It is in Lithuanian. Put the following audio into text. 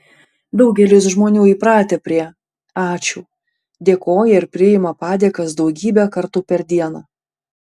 daugelis žmonių įpratę prie ačiū dėkoja ir priima padėkas daugybę kartų per dieną